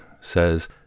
says